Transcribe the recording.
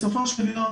בסופו של יום,